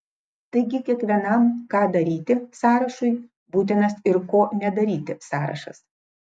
taigi kiekvienam ką daryti sąrašui būtinas ir ko nedaryti sąrašas